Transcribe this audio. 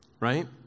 right